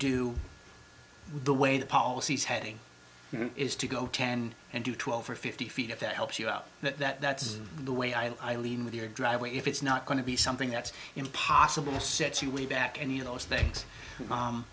do the way the policy is heading is to go ten and do twelve or fifty feet if that helps you out that that is the way i lean with your driveway if it's not going to be something that's impossible sets you way back any of those things